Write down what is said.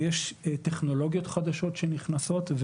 ויש טכנולוגיות חדשות שנכנסות.